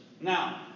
Now